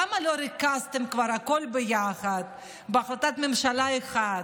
למה לא ריכזתם כבר הכול ביחד בהחלטת ממשלה אחת,